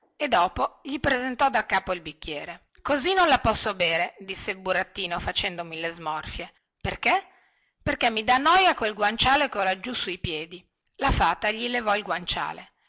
e dopo gli presentò daccapo il bicchiere così non la posso bere disse il burattino facendo mille smorfie perché perché mi dà noia quel guanciale che ho laggiù sui piedi la fata gli levò il guanciale